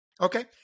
Okay